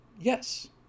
Yes